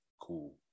cool